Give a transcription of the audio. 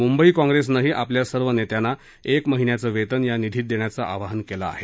मुंबई काँग्रेसनंही आपल्या सर्व नेत्यांना एक महिन्याचं वेतन या निधीत देण्याचं आवाहन केलं आहे